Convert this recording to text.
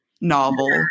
novel